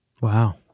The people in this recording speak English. Wow